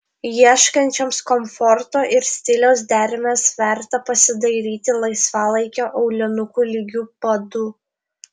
ieškančioms komforto ir stiliaus dermės verta pasidairyti laisvalaikio aulinukų lygiu padu